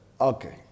okay